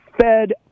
fed